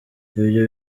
ibyo